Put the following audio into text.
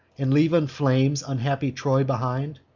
and leave in flames unhappy troy behind?